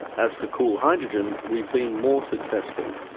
as for cool hydrogen, we've been more successful.